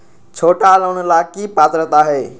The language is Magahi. छोटा लोन ला की पात्रता है?